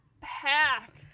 packed